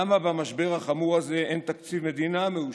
למה במשבר החמור הזה אין תקציב מדינה מאושר?